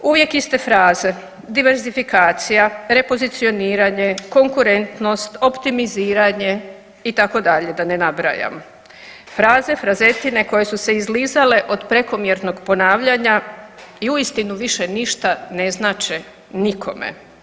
Uvijek iste fraze, diverzifikacija, repozicioniranje, konkurentnost, optimiziranje i itd., da ne nabrajam, fraze, frazetine koje su se izlizale od prekomjernog ponavljanja i uistinu više ništa ne znače nikome.